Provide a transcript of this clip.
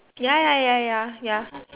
ya ya ya ya ya